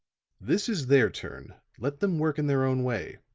this is their turn let them work in their own way.